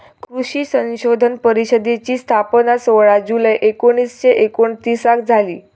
कृषी संशोधन परिषदेची स्थापना सोळा जुलै एकोणीसशे एकोणतीसाक झाली